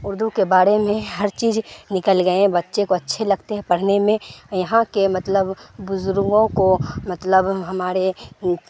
اردو کے بارے میں ہر چیز نکل گئے ہیں بچے کو اچھے لگتے ہیں پڑھنے میں یہاں کے مطلب بزرگوں کو مطلب ہمارے